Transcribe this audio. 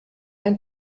ein